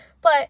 but-